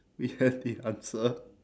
we have the answer